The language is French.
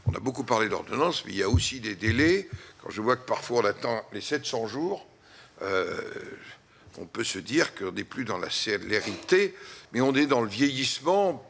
on a beaucoup parlé d'ordonnances, il y a aussi des délais, je vois que, parfois, on l'attend les 700 jours on peut se dire qu'on est plus dans l'assiette, mais on est dans le vieillissement